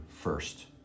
first